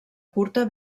curta